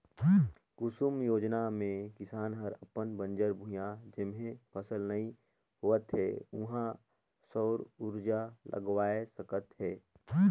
कुसुम योजना मे किसान हर अपन बंजर भुइयां जेम्हे फसल नइ होवत हे उहां सउर उरजा लगवाये सकत हे